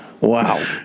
Wow